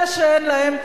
אלה שאין להם,